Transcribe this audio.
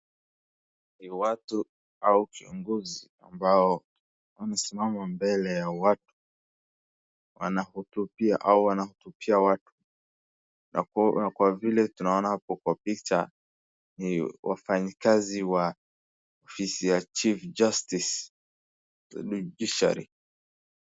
Ni watu au kiongozi ambao wamesimama mbele ya watu. Wanahutubia au wanahutubia watu. Na kwa vile tunaona hapo kwa picha ni wafanyi kazi wa ofisi ya chief justice, judiciary .